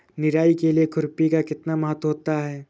निराई के लिए खुरपी का कितना महत्व होता है?